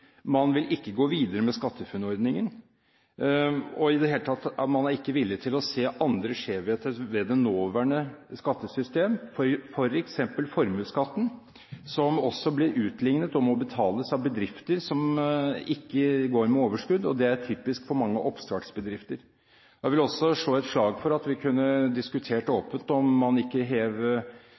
ikke vil gå videre med SkatteFUNN-ordningen. I det hele tatt er man ikke villig til å se andre skjevheter ved det nåværende skattesystemet, f.eks. formuesskatten, som også blir utlignet og må betales av bedrifter som ikke går med overskudd, og det er typisk for mange oppstartsbedrifter. Jeg vil også slå et slag for at vi kunne diskutert åpent om man ikke